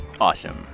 Awesome